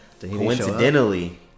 Coincidentally